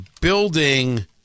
building